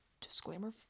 disclaimer